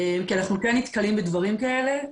כי אנחנו כן נתקלים בדברים כאלה.